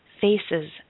faces